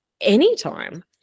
anytime